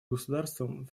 государством